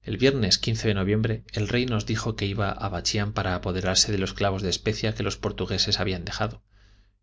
el viernes de noviembre el rey nos dijo que iba a bachián para apoderarse de los clavos de especia que los portugueses habían dejado